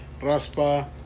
raspa